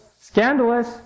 Scandalous